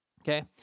Okay